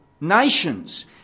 nations